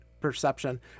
perception